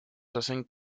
hacen